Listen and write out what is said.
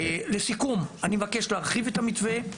לסיכום, אני מבקש להרחיב את המתווה,